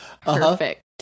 perfect